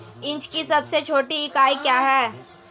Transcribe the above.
Inch की सबसे छोटी इकाई क्या है?